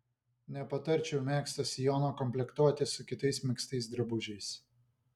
nepatarčiau megzto sijono komplektuoti su kitais megztais drabužiais